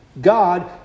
God